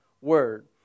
word